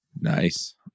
Nice